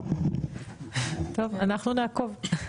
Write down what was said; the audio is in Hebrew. טוב, אנחנו נעקוב.